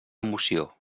moció